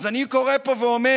אז אני קורא פה ואומר: